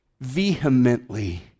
vehemently